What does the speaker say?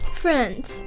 friends